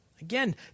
Again